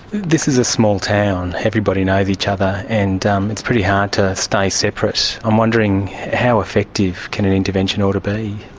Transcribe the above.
this is a small town, everybody knows each other, and um it's pretty hard to stay separate. i'm wondering, how effective can an intervention order be?